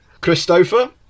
Christopher